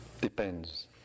Depends